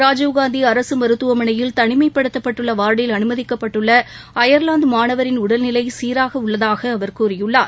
ராஜீவ்காந்தி அரசு மருத்துவமனையில் தனிமைப்படுத்தப்பட்டுள்ள வார்டில் அனுமதிக்கப்பட்டுள்ள அயர்லாந்து மாணவரின் உடல் நிலை சீராக உள்ளதாக அவர் கூறியுள்ளார்